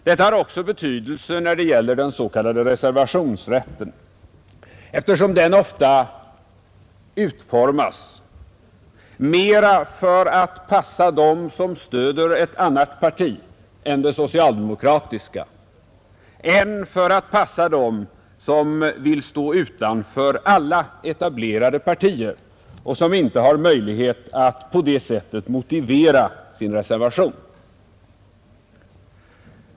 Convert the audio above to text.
Detta har också betydelse när det gäller den s.k. reservationsrätten, eftersom den ofta utformas mera för att passa dem som stöder ett annat parti än det socialdemokratiska än för att passa dem som vill stå utanför alla etablerade partier och som inte har möjlighet att på det sättet motivera sin reservation.